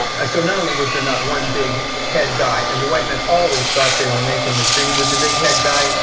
so not only was there not one big head guy, and the white men always thought they were making the treaty with the big head guy, and